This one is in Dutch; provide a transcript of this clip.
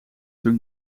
toen